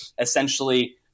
essentially